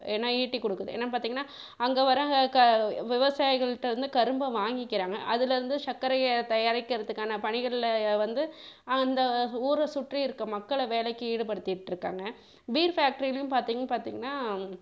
ஏன்னால் ஈட்டி கொடுக்குது என்னென்னு பார்த்தீங்கன்னா அங்கே வர வ க விவசாயிகளிட்டருந்து கரும்பை வாங்கிக்கிறாங்க அதிலருந்து சக்கரைய தயாரிக்கிறதுக்கான பணிகளில் வந்து அந்த ஊரை சுற்றி இருக்க மக்களை வேலைக்கு ஈடுபடுத்திகிட்ருக்காங்க பீர் ஃபேக்ட்டரிலேயும் பார்த்தீங் பார்த்தீங்கன்னா